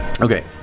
Okay